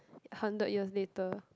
hundred years later